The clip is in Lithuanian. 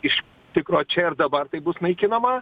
iš tikro čia ir dabar tai bus naikinama